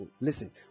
Listen